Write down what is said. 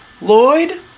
Lloyd